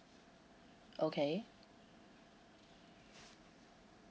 okay